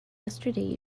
yesterday